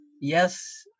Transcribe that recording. yes